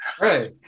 Right